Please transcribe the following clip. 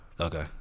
Okay